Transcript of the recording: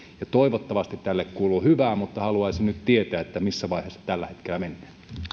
toivottavasti tälle kuuluu hyvää mutta haluaisin nyt tietää missä vaiheessa tällä hetkellä mennään